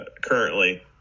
currently